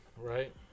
right